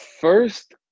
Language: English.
first